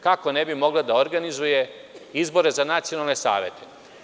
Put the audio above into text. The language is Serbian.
Kako ne bi mogla da organizuje izbore za nacionalne savet?